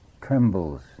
trembles